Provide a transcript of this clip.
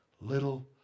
little